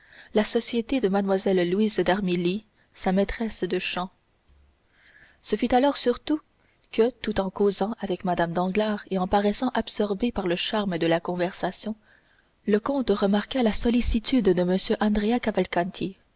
la société de mlle louise d'armilly sa maîtresse de chant ce fut alors surtout que tout en causant avec mme danglars et en paraissant absorbé par le charme de la conversation le comte remarqua la sollicitude de